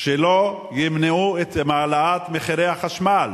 שלא ימנעו את העלאת מחירי החשמל?